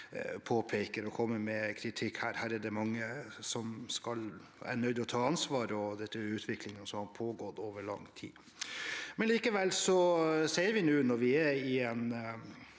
påpeker og kommer med kritikk av. Her er det mange som er nødt til å ta ansvar, og dette er en utvikling som har pågått over lang tid. Likevel ser vi nå, når vi er i en